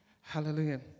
Hallelujah